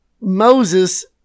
Moses